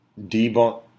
debunk